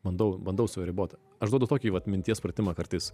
bandau bandau save ribot aš duodu tokį vat minties pratimą kartais